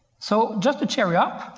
so just to cheer you up,